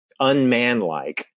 unmanlike